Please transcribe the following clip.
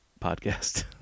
podcast